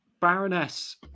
Baroness